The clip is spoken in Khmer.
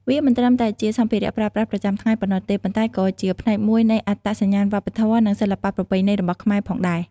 វាមិនត្រឹមតែជាសម្ភារៈប្រើប្រាស់ប្រចាំថ្ងៃប៉ុណ្ណោះទេ ប៉ុន្តែក៏ជាផ្នែកមួយនៃអត្តសញ្ញាណវប្បធម៌ និងសិល្បៈប្រពៃណីរបស់ខ្មែរផងដែរ។